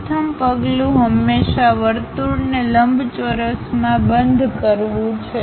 પ્રથમ પગલું હંમેશા વર્તુળને લંબચોરસમાં બંધ કરવું છે